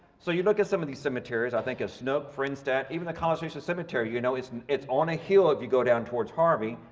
so you look at some of these cemeteries i think it's snope, frenstat, even the college station cemetery you know it's it's on a hill if you go down towards harvey,